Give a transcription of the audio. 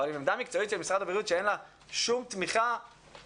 אבל עם עמדה מקצועית של משרד הבריאות שאין לה שום תמיכה אפידמיולוגית,